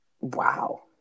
Wow